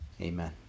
Amen